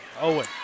Owen